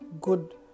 good